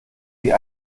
wie